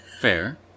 Fair